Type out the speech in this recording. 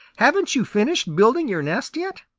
haven't you finished building your nest yet?